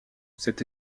cette